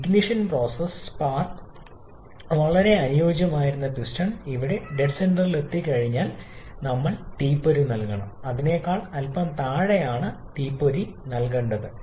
ignition process spark വളരെ അനുയോജ്യമായിരുന്നു piston ഇവിടെ ചില ഡെഡ് സെന്ററിലെത്തിയാൽ നമ്മൾ തീപ്പൊരി നൽകണം എന്നാൽ അതിനേക്കാൾ അല്പം താഴെയാണ് തീപ്പൊരി നൽകിയിരിക്കുന്നത്